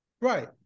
right